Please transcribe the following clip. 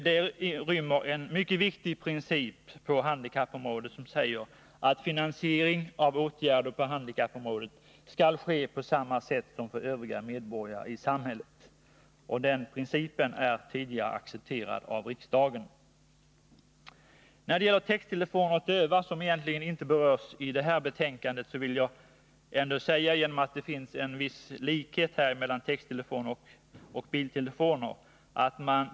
Det rymmer en mycket viktig princip på handikappområdet, som säger att finansiering av åtgärder på handikappområdet skall ske på samma sätt som för övriga medborgare i samhället. Den principen är tidigare accepterad av riksdagen. När det gäller texttelefon för döva, som egentligen inte berörs i det här betänkandet, vill jag ändå säga några ord, eftersom det finns en viss likhet mellan texttelefon och biltelefon.